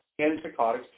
antipsychotics